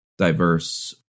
Diverse